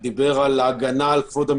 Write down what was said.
היא כן נכונה, כי זה כלול בהגדרה, ולכן אין